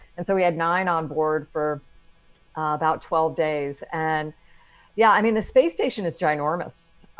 and so we had nine on board for about twelve days. and yeah, i mean, the space station is ginormous.